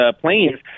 planes